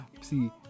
See